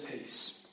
peace